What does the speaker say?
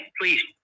please